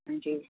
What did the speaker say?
ਹਾਂਜੀ